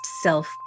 self